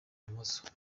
ibumoso